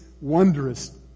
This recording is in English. wondrous